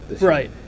Right